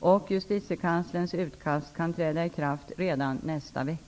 och Justitiekanslerns utkast kan träda i kraft redan nästa vecka.